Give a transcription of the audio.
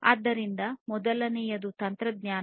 ಆದ್ದರಿಂದ ಮೊದಲನೆಯದು ತಂತ್ರಜ್ಞಾನ